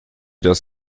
das